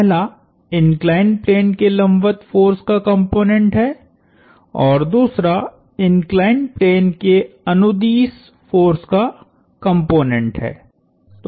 पहला inclined plane के लंबवत फोर्स का कॉम्पोनेन्ट है और दूसरा इंक्लाइंड प्लेन के अनुदिश फोर्स का कॉम्पोनेन्ट है